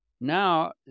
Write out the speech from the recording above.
Now